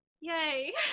Yay